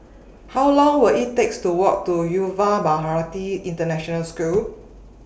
How Long Will IT Take to Walk to Yuva Bharati International School